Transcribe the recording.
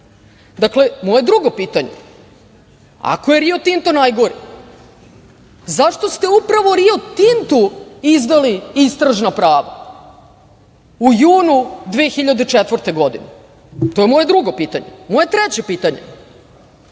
projekat. Moje drugo pitanje - ako je "Rio Tinto" najgori, zašto ste upravo "Rio Tintu" izdali istražna prava u junu 2004. godine? To je moje drugo pitanje. Moje treće pitanje